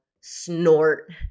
snort